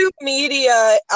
Media